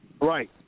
Right